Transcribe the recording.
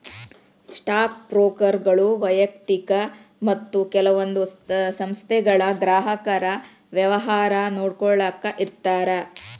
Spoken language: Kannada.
ಸ್ಟಾಕ್ ಬ್ರೋಕರ್ಗಳು ವ್ಯಯಕ್ತಿಕ ಮತ್ತ ಕೆಲವೊಂದ್ ಸಂಸ್ಥೆಗಳ ಗ್ರಾಹಕರ ವ್ಯವಹಾರ ನೋಡ್ಕೊಳ್ಳಾಕ ಇರ್ತಾರ